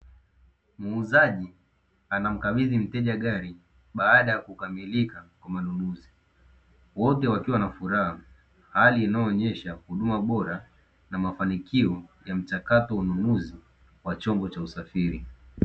Muuzaji anamkabidhi mteja gari baada ya kukamilika wote wakiwa na furaha hali inayoonyesha huduma bora na mafanikio ya mchakato ununuzi wa chombo cha usafiri.